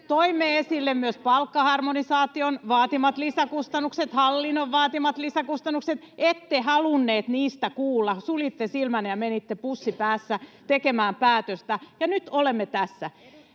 Toimme esille myös palkkaharmonisaation vaatimat lisäkustannukset, hallinnon vaatimat lisäkustannukset. Ette halunneet niistä kuulla. Suljitte silmänne, ja menitte pussi päässä tekemään päätöstä, ja nyt olemme tässä.